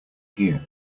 here